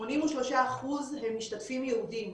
83% הם משתתפים יהודים.